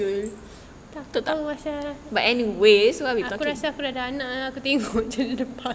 tak tahu pasal aku dah tak nak lah tengok jer depan